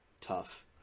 Tough